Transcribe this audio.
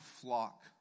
flock